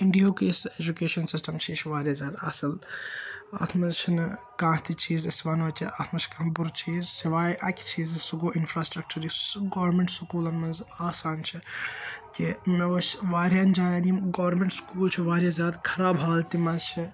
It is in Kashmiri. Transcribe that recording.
انٛڈِیا ہک یُس ایٚجوکیشَن سِسٹَم چھ یہِ چھِ وارِیاہ زیادٕ اَصٕل اَتھ منٛز چھنہٕ کانٛہہ تہِ چیز أسۍ وَنو کہِ اَتھ منٛز چھِ کانٛہہ بُرٕ چیز سِواے أکہِ چیز سُہ گوٚو اِنفراسِٹرَکچَر یُس سُہ گورمیٚنٹ سکولَن منٛز آسان چھِ کہِ مےٚ وُچھ وارِیاہَن جایَن یم گورمیٚنٹ سکول چھِ وارِیاہ زیادٕ خَراب حالتہِ منٛز چھِ